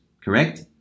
Correct